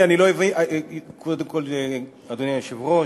אדוני היושב-ראש,